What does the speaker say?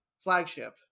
flagship